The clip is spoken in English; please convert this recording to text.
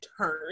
turn